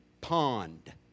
pond